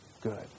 good